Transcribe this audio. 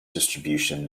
distribution